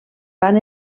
van